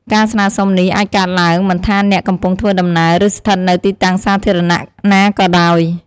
ការស្នើសុំនេះអាចកើតឡើងមិនថាអ្នកកំពុងធ្វើដំណើរ ឬស្ថិតនៅទីតាំងសាធារណៈណាក៏ដោយ។